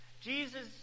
Jesus